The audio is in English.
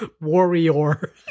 Warrior